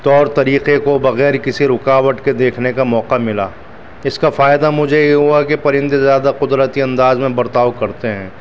طور طریقے کو بغیر کسی رکاوٹ کے دیکھنے کا موقع ملا اس کا فائدہ مجھے یہ ہوا کہ پرندے زیادہ قدرتی انداز میں برتاؤ کرتے ہیں